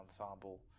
Ensemble